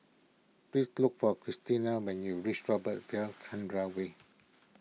please look for Cristina when you reach Robert V Chandran Way